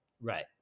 right